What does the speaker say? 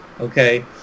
Okay